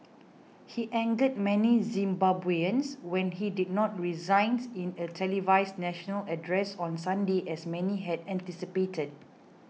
he angered many Zimbabweans when he did not resign in a televised national address on Sunday as many had anticipated